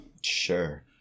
Sure